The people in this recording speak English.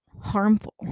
harmful